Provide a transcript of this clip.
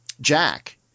Jack